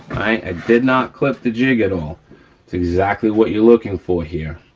i did not clip the jig at all. it's exactly what you're looking for here.